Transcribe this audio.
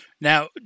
Now